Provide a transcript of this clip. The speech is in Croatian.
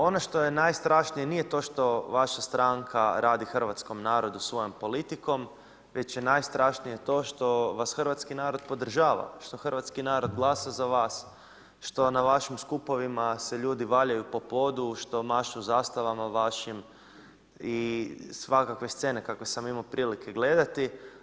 Ono što je najstrašnije nije to što vaša stranka radi hrvatskom narodu svojom politikom već je najstrašnije to što vas hrvatski narod podržava, što hrvatski narod glasa za vas, što na vašim skupovima ljudi se valjaju po podu, što mašu zastavama vašim i svakakve scene kakve sam imao prilike gledati.